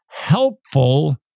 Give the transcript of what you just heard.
helpful